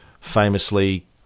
famously